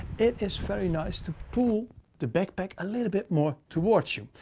it is very nice to pull the backpack a little bit more towards you.